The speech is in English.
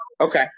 Okay